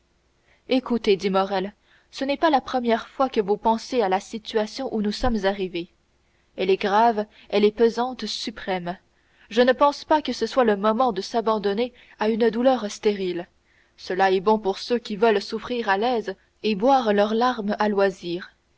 écoutez dit morrel ce n'est pas la première fois que vous pensez à la situation où nous sommes arrivés elle est grave elle est pesante suprême je ne pense pas que ce soit le moment de s'abandonner à une douleur stérile cela est bon pour ceux qui veulent souffrir à l'aise et boire leurs larmes à loisir